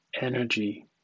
energy